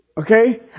Okay